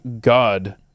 God